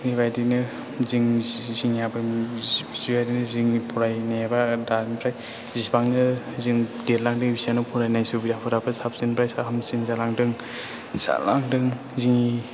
बेबायदिनो जोंनि आबैमोननि बेबायदिनो जोंनि फरायनायफ्राय दानिफ्राय जिसिबांनो जों देरलांदों बिसिबांनो फरायनाय सुबिदाफोराबो साबसिननिफ्रायसो हामसिन जालांदों जोङो